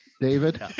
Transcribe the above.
David